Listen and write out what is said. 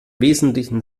wesentlichen